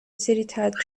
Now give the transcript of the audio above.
ძირითადად